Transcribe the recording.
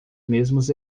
mesmos